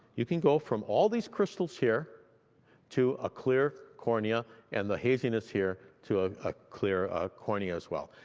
you can go from all these crystals here to a clear cornea and the haziness here to a ah clear ah cornea as well.